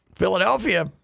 Philadelphia